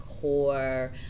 core